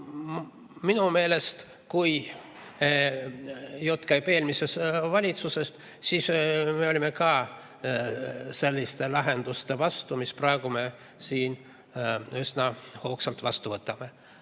minu meelest, kui jutt käib eelmisest valitsusest, siis me olime ka selliste lahenduste vastu, mis me praegu siin üsna hoogsalt vastu võtame.